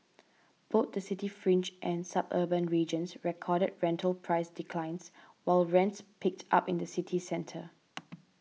both the city fringe and suburban regions recorded rental price declines while rents picked up in the city centre